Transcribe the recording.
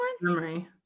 memory